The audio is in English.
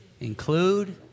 include